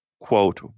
quote